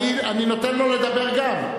אני נותן לו לדבר גם.